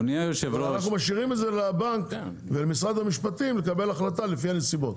אנחנו משאירים את זה לבנק ולמשרד המשפטים לקבל החלטה לפי הנסיבות.